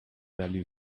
value